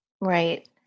right